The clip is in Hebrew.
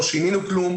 לא שינינו כלום.